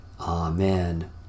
Amen